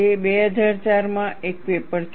તે 2004 માં એક પેપર છે